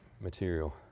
material